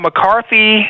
McCarthy